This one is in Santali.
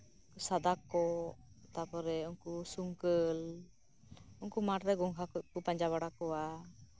ᱯᱩᱸᱲ ᱠᱚᱜ ᱛᱟᱨᱯᱚᱨᱮ ᱩᱱᱠᱩ ᱥᱩᱠᱟᱹᱞ ᱩᱱᱠᱩ ᱢᱟᱴᱷᱨᱮ ᱜᱚᱸᱜᱷᱟ ᱠᱚᱠᱚ ᱯᱟᱸᱡᱟ ᱵᱟᱲᱟ ᱠᱚᱣᱟ